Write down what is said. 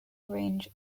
range